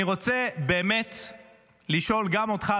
אני רוצה לשאול גם אותך,